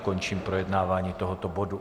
Končím projednávání tohoto bodu.